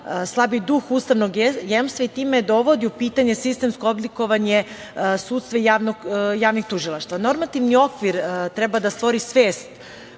slabi duh ustavnog jemstva i time dovodi u pitanje sistemsko oblikovanje sudstva i javnih tužilaštva. Normativni okvir treba da stvori svest